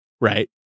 right